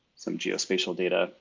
some geospatial data